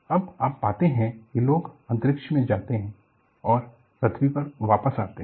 अब आप पाते हैं कि लोग अंतरिक्ष में जाते हैं और पृथ्वी पर वापस आते हैं